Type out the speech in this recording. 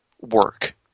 work